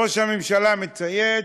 ראש הממשלה מצייץ: